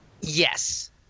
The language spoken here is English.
Yes